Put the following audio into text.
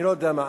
אני לא יודע מה,